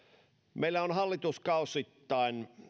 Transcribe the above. meillä on hallituskausittain